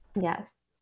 yes